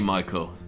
Michael